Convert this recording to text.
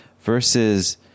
versus